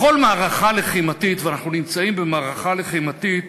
בכל מערכה לחימתית, ואנחנו נמצאים במערכה לחימתית,